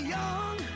young